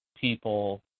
people